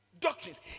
doctrines